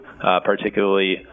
particularly